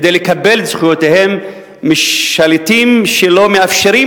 כדי לקבל את זכויותיהם משליטים שלא מאפשרים